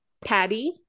Patty